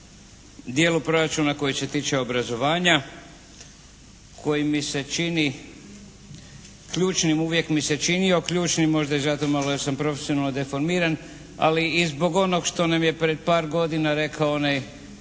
dijelu proračuna koji se tiče obrazovanja koji mi se čini ključnim, uvijek mi se činio ključnim možda zato malo jer sam profesionalno deformiran ali i zbog onog što nam je pred par godina rekao onaj